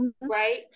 right